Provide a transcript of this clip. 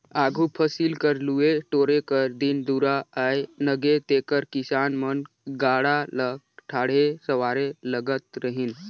आघु फसिल कर लुए टोरे कर दिन दुरा आए नगे तेकर किसान मन गाड़ा ल ठाठे सवारे लगत रहिन